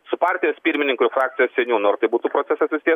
su partijos pirmininku ir frakcijos seniūnu ar tai būtų procesas susijęs